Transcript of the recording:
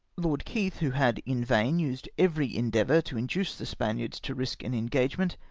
lord keith, who had in vain used every endeavour to induce the spaniards to risk an engagement,